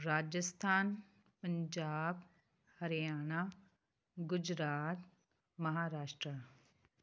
Rajasthan Punjab Haryana Gujarat Maharashtra